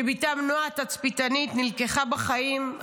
שבתם נועה התצפיתנית נלקחה בחיים,